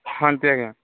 phone pay ଆଜ୍ଞା